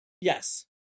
yes